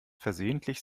versehentlich